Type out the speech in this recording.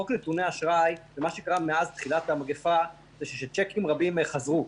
חוק נתוני אשראי ומה שקרה מאז תחילת המגפה זה שצ'קים רבים חזרו.